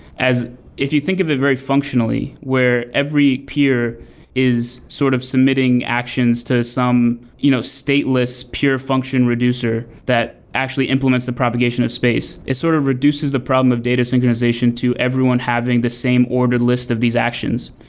as if you think of it very functionally, where every peer is sort of submitting actions to some you know stateless pure function reducer that actually implements the propagation of space. it's sort of reduces the problem of data synchronization to everyone having the same order list of these actions.